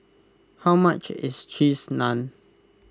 how much is Cheese Naan